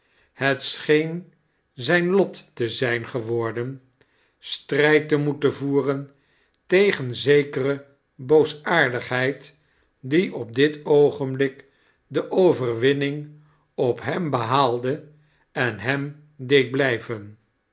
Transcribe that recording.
het scheetn zijn lot te zijn geworden strijd te moeten voeren tegen zekere boosaardigheid die op dit oogeinblik de overwinning op ham behaalde ein hem deed blijven